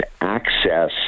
access